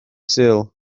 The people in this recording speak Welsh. sul